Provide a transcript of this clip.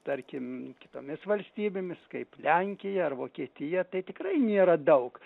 tarkim kitomis valstybėmis kaip lenkija ar vokietija tai tikrai nėra daug